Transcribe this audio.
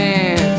Man